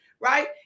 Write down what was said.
right